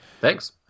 Thanks